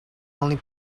only